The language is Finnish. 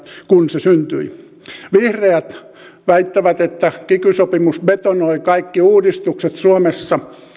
kun se syntyi vihreät väittävät että kiky sopimus betonoi kaikki uudistukset suomessa